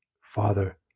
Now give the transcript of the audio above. Father